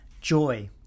joy